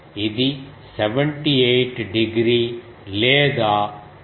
ఇది 78 డిగ్రీ లేదా 1